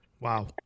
Wow